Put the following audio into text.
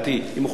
ולא להסתיר אותה.